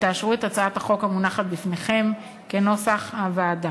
ותאשרו את הצעת החוק המונחת בפניכם כנוסח הוועדה,